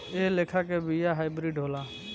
एह लेखा के बिया हाईब्रिड होला